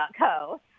.co